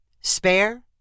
spare